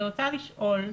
אני רוצה לשאול,